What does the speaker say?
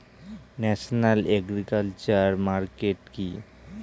National agriculture market কি?